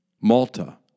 Malta